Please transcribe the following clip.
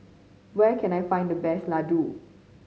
where can I find the best Ladoo